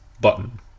button